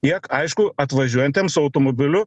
tiek aišku atvažiuojantiems su automobiliu